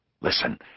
Listen